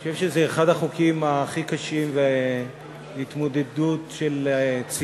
חושב שזה אחד החוקים הכי קשים להתמודדות של ציוני,